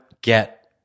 get